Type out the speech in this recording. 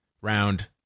round